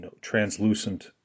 translucent